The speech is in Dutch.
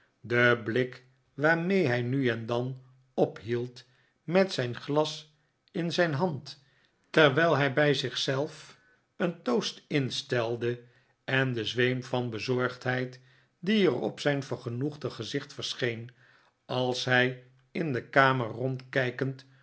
de blik waarmee hij nu en dan ophield met zijn glas in zijn hand terwijl hij bij zich zelf een toast instelde en de zweem van bezorgdheid die er op zijn vergenoegde gezicht verscheen als hij in de kamer rondkijkend